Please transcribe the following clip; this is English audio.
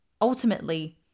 ultimately